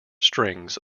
strings